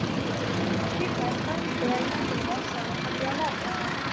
ši karta vėl neturėjo savo kabrioleto